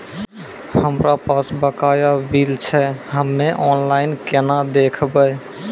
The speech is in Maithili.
हमरा पास बकाया बिल छै हम्मे ऑनलाइन केना देखबै?